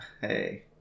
Hey